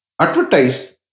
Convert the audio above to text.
advertise